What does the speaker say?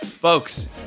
Folks